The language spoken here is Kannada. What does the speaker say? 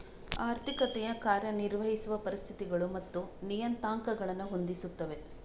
ಆರ್ಥಿಕತೆಯು ಕಾರ್ಯ ನಿರ್ವಹಿಸುವ ಪರಿಸ್ಥಿತಿಗಳು ಮತ್ತು ನಿಯತಾಂಕಗಳನ್ನು ಹೊಂದಿಸುತ್ತದೆ